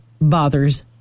bothers